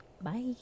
bye